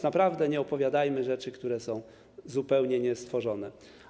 Naprawdę nie opowiadajmy rzeczy, które są zupełnie niestworzone.